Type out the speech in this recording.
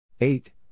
Eight